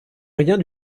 rien